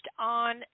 on